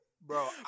Bro